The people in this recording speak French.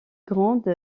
grande